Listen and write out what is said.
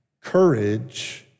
Courage